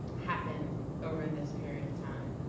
happen over this period of time.